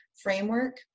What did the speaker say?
framework